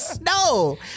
no